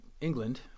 England